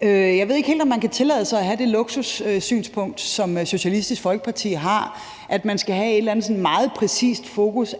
Jeg ved ikke helt, om man kan tillade sig at have det luksussynspunkt, som Socialistisk Folkeparti har, altså at man skal have sådan et eller andet meget præcist fokus.